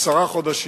הקפאת עשרה חודשים.